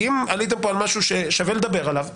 כי אם עליתם פה על משהו ששווה לדבר עליו,